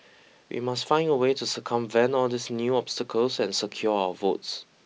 we must find a way to circumvent all these new obstacles and secure our votes